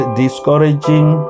discouraging